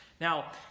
Now